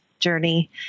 journey